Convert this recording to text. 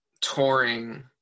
touring